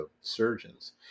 surgeons